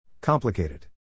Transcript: Complicated